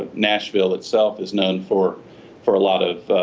nashville itself is known for for a lot of